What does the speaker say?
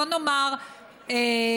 בואו נאמר שבצפון